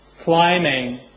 climbing